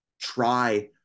try